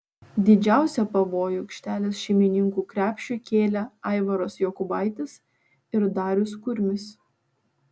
didžiausią pavojų aikštelės šeimininkų krepšiui kėlė aivaras jokubaitis ir darius kurmis